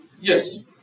Yes